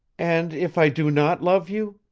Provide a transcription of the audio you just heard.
and if i do not love you?